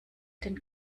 den